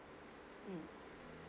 mm